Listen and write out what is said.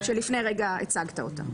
שלפני רגע הצגת אותה.